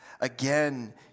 Again